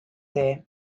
tee